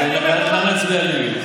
אז נצביע נגד.